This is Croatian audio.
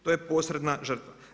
To je posredna žrtva.